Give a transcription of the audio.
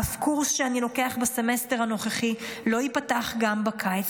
אף קורס שאני לוקח בסמסטר הנוכחי לא ייפתח גם בקיץ,